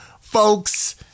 folks